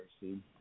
see